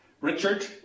Richard